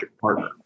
partner